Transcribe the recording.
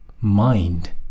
mind